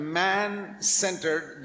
man-centered